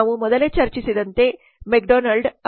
ನಾವು ಮೊದಲೇ ಚರ್ಚಿಸಿದಂತೆ ಮೆಕ್ಡೊನಾಲ್ಡ್Mc